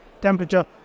temperature